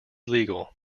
legal